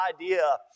idea